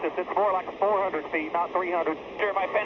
more like four hundred feet, not three hundred.